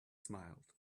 smiled